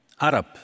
Arab